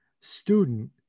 student